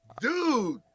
Dude